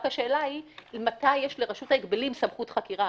רק השאלה היא מתי יש לרשות ההגבלים סמכות חקירה.